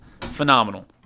phenomenal